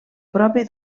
propi